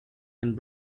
and